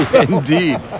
Indeed